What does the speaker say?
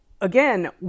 Again